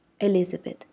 Elizabeth